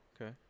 Okay